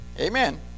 amen